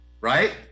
right